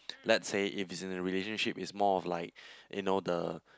let's say if it's in a relationship is more of like you know the